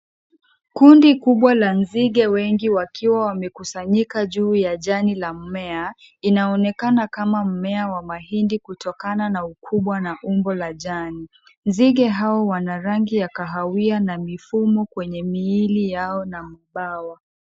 Kundi kubwa la nzige wengi wakiwa wamekusanyika juu ya jani la mmea, inaonekana kama mmea wa mahindi kutokana na ukubwa na umbo la jani. Nzige hao wanarangi ya kahawia na mifumo kwenye miili yao na mabawa.